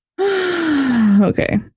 Okay